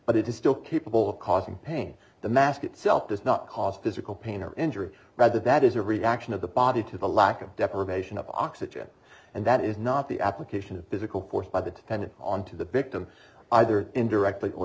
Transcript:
but it is still capable of causing pain the mask itself does not cause physical pain or injury rather that is a reaction of the body to the lack of deprivation of oxygen and that is not the application of physical force by the tendon onto the victim either indirectly or